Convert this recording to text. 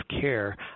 care